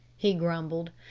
he grumbled.